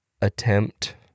attempt